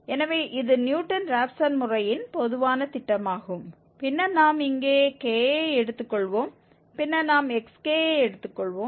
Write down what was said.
எனவே இது Newton Raphson முறையின் பொதுவான திட்டமாகும் பின்னர் நாம் இங்கே kஐ எடுத்துக்கொள்வோம் பின்னர் நாம் xkஐ எடுத்துக்கொள்வோம்